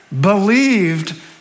believed